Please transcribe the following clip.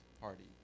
party